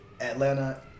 Atlanta